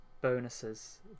bonuses